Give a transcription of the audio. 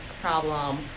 problem